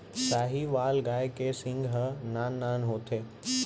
साहीवाल गाय के सींग ह नान नान होथे